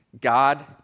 God